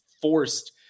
forced